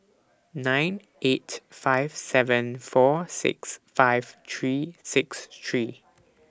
nine eight five seven four six five three six three